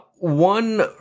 One